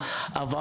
הוא אומר לי: אלי,